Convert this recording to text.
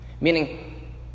Meaning